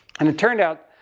and it turned out,